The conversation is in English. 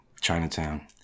Chinatown